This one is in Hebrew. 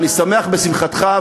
אני שמח בשמחתך,